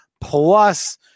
plus